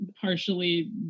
partially